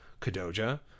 Kadoja